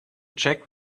check